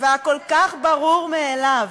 והכל-כך ברור מאליו,